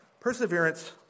perseverance